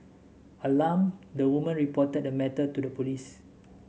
alarmed the woman reported the matter to the police